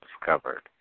discovered